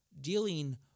dealing